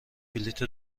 بلیط